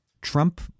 Trump